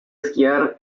esquiar